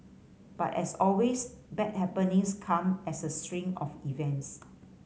but as always bad happenings come as a string of events